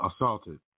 assaulted